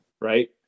Right